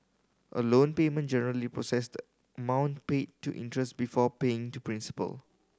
a loan payment generally process the amount paid to interest before paying to principal